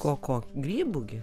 ko ko grybų gi